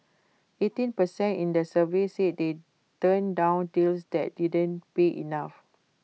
eighteen per cent in the survey said they turned down deals that didn't pay enough